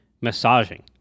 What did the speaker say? massaging